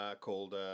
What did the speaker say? called